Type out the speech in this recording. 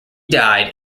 died